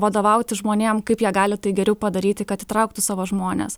vadovauti žmonėm kaip jie gali tai geriau padaryti kad įtrauktų savo žmones